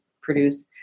produce